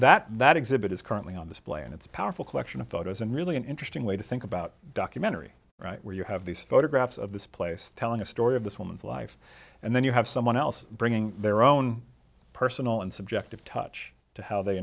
that that exhibit is currently on this plane it's a powerful collection of photos and really an interesting way to think about documentary right where you have these photographs of this place telling a story of this woman's life and then you have someone else bringing their own personal and subjective touch to how they